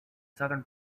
southern